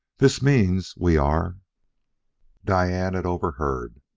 this means we are diane had overheard.